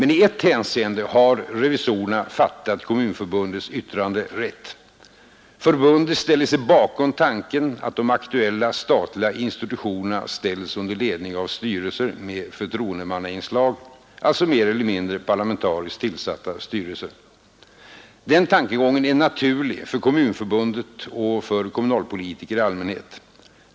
I ett hänseende har emellertid revisorerna fattat Kommunförbundets yttrande rätt. Förbundet ställer sig bakom tanken att de aktuella statliga institutionerna ställs under ledning av styrelser med förtroendemannainslag — alltså mer eller mindre parlamentariskt tillsatta styrelser. Den tankegången är naturlig för Kommunförbundet och för kommunalpolitiker i allmänhet.